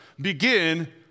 begin